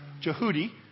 Jehudi